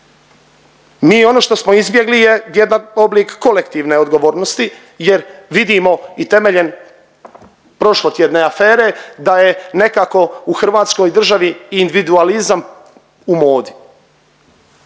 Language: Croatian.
Mi ono što smo izbjegli je jedan oblik kolektivne odgovornosti jer vidimo i temeljem prošlotjedne afere da je nekako u hrvatskoj državi individualizam u modi.